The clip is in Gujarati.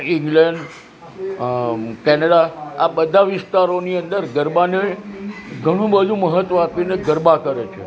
ઈંગ્લેન્ડ કેનેડા આ બધા વિસ્તારોની અંદર ગરબાને ઘણું બધું મહત્ત્વ આપી ને ગરબા કરે છે